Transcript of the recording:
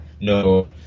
no